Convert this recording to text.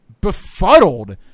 befuddled